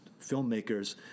filmmakers